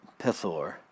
Pethor